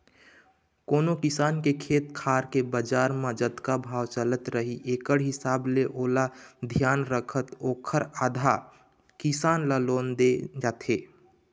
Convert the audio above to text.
कोनो किसान के खेत खार के बजार म जतका भाव चलत रही एकड़ हिसाब ले ओला धियान रखत ओखर आधा, किसान ल लोन दे जाथे